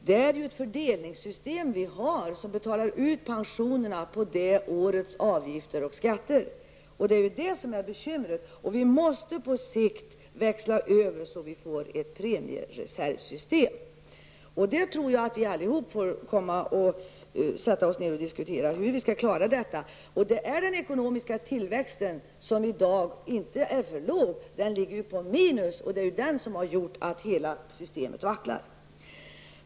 Vi har ju ett fördelningssystem som betalar ut pensionerna av årets avgifter och skatter. Det är ju det som är bekymret. På sikt måste vi gå över till ett premiereservsystem. Jag tror att vi alla måste vara med och diskutera hur vi skall klara detta. Den ekonomiska tillväxten är i dag inte bara för låg utan den ligger på minus. Det är det som har gjort att hela systemet vacklar.